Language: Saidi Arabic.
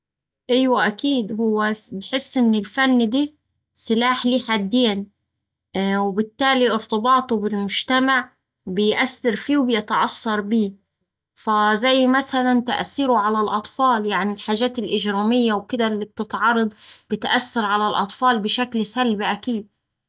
إيوه أكيد، هوه أحس إن الفن ده سلاح ليه حدين وبالتالي ارتباطه بالمجتمع بيأثر فيه وبيتأثر بيه. فزي مثلا تأثيره على الأطفال يعني الحاجات الإجرامية وكدا اللي بتتعرض بتأثر على الأطفال بشكل سلبي أكيد.